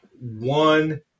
one